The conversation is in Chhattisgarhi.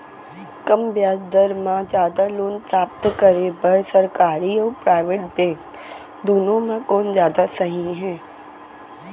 कम ब्याज दर मा जादा लोन प्राप्त करे बर, सरकारी अऊ प्राइवेट बैंक दुनो मा कोन जादा सही हे?